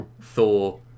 Thor